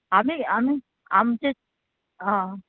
आमी आमी आमचे आं